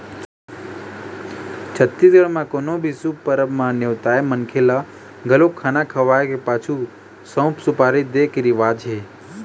छत्तीसगढ़ म कोनो भी शुभ परब म नेवताए मनखे ल घलोक खाना खवाए के पाछू सउफ, सुपारी दे के रिवाज हे